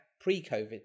pre-COVID